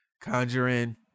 Conjuring